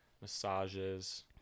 massages